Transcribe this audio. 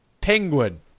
penguin